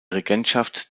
regentschaft